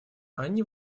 они